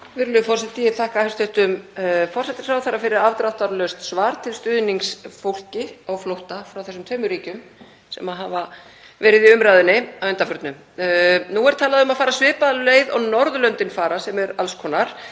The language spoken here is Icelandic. Virðulegur forseti. Ég þakka hæstv. forsætisráðherra fyrir afdráttarlaust svar til stuðnings fólki á flótta frá þeim tveimur ríkjum sem hafa verið í umræðunni að undanförnu. Nú er talað um að fara svipaða leið og Norðurlöndin, sem er alls konar.